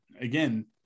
again